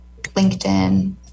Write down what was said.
LinkedIn